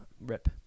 rip